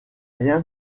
rien